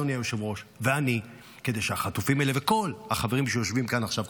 אדוני היושב-ראש ואני וכל החברים שיושבים כאן עכשיו,